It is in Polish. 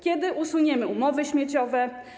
Kiedy usuniemy umowy śmieciowe?